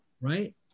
right